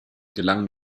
gelang